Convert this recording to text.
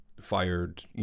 fired